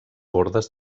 bordes